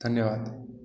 धन्यवाद